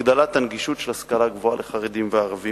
הגדלת הנגישות של השכלה גבוהה לחרדים ולערבים.